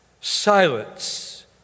silence